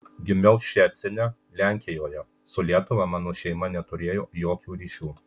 gimiau ščecine lenkijoje su lietuva mano šeima neturėjo jokių ryšių